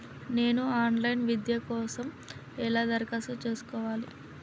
నేను online విద్య కోసం ఎలా దరఖాస్తు చేసుకోవాలి?